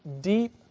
deep